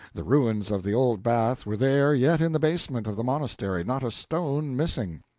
the ruins of the old bath were there yet in the basement of the monastery, not a stone missing.